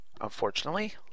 Unfortunately